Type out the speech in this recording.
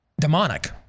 demonic